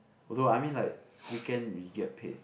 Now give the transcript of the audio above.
although I mean like weekend we get paid